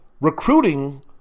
recruiting